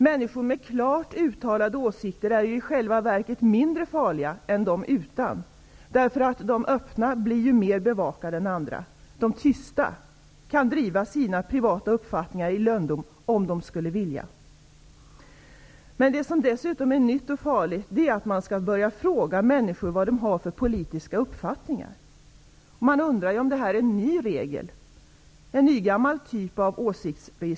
Människor med klart uttalade åsikter är i själva verket mindre farliga än de utan, därför att de med öppna åsikter blir mer bevakade än andra. De människor som håller tyst om sina privata åsikter kan propagera för dem i lönndom, om de skulle vilja. Vad som emellertid är nytt och farligt är att börja fråga människor om deras politiska uppfattningar. Man undrar om detta är en ny regel, en ny åsiktsregistrering av gammalt slag.